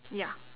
ya